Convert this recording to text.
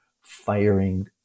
firing